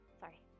Sorry